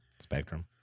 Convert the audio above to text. spectrum